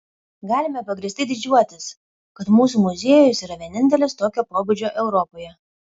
galime pagrįstai didžiuotis kad mūsų muziejus yra vienintelis tokio pobūdžio europoje